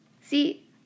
See